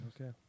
okay